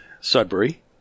Sudbury